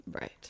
Right